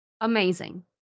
Amazing